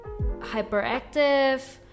hyperactive